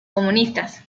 comunistas